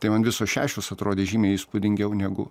tai man visos šešios atrodė žymiai įspūdingiau negu